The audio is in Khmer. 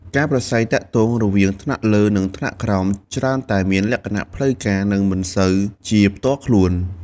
ការប្រាស្រ័យទាក់ទងរវាងថ្នាក់លើ និងថ្នាក់ក្រោមច្រើនតែមានលក្ខណៈផ្លូវការ និងមិនសូវជាផ្ទាល់ខ្លួន។